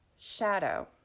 shadow